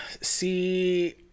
See